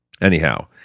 anyhow